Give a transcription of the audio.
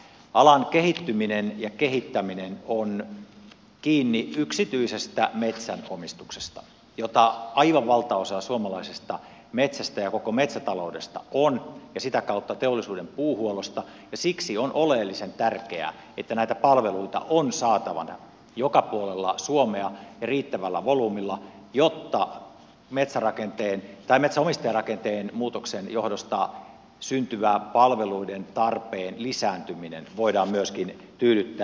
alan kehittyminen ja kehittäminen on kiinni yksityisestä metsänomistuksesta jota aivan valtaosa suomalaisesta metsästä ja koko metsätaloudesta on ja sitä kautta teollisuuden puuhuollosta ja siksi on oleellisen tärkeää että näitä palveluita on saatavilla joka puolella suomea ja riittävällä volyymilla jotta metsän omistajarakenteen muutoksen johdosta syntyvä palveluiden tarpeen lisääntyminen voidaan myöskin tyydyttää